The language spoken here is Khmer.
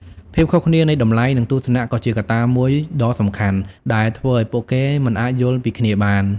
ភាពខុសគ្នានៃតម្លៃនិងទស្សនៈក៏ជាកត្តាមួយដ៏សំខាន់ដែលធ្វើឲ្យពួកគេមិនអាចយល់ពីគ្នាបាន។